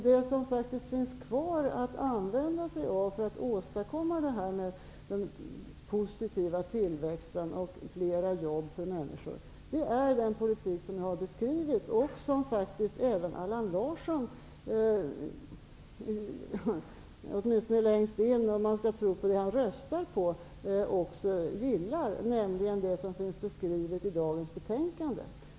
Det som faktiskt finns kvar att använda sig av för att åstadkomma en positiv tillväxt och flera jobb för människor är den politik som jag har beskrivit och som faktiskt även Allan Larsson gillar, i alla fall om man skall tro på det han röstar på, nämligen den som finns beskriven i dagens betänkande.